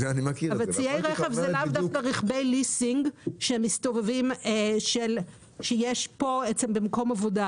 ציי רכב זה לאו דווקא רכבי ליסינג שיש במקום עבודה.